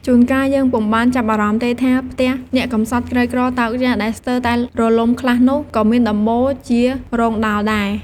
ជួន កាលយើងពុំបានចាប់អារម្មណ៍ទេថា ផ្ទះអ្នកកំសត់ក្រីក្រតោកយ៉ាក ដែលស្ទើរតែរលំខ្លះនោះ ក៏មានដំបូលជារោងដោលដែរ ។